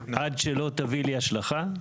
עד שלא תביא לי השלכה.